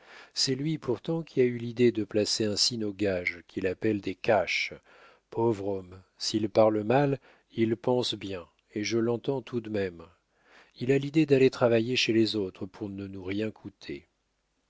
c'est lui pourtant qui a eu l'idée de placer ainsi nos gages qu'il appelle des caches pauvre homme s'il parle mal il pense bien et je l'entends tout de même il a l'idée d'aller travailler chez les autres pour ne nous rien coûter